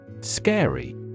Scary